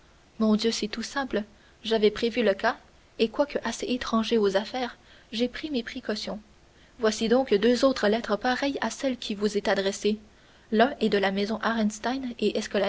mon dieu c'est tout simple j'ai prévu le cas et quoique assez étranger aux affaires j'ai pris mes précautions voici donc deux autres lettres pareilles à celle qui vous est adressée l'une est de la maison arestein et